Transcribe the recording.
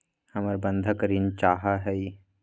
हमरा बंधक ऋण चाहा हई